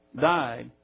died